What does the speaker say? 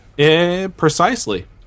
Precisely